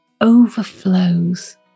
overflows